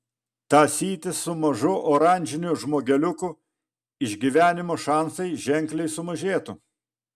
tąsytis su mažu oranžiniu žmogeliuku išgyvenimo šansai ženkliai sumažėtų